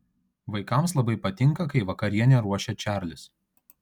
vaikams labai patinka kai vakarienę ruošia čarlis